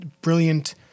brilliant